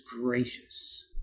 gracious